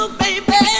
baby